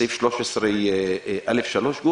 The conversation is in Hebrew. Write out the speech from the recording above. סעיף 13(א)(3)